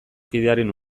kidearen